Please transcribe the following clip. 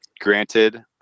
Granted